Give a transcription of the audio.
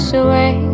away